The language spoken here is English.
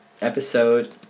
episode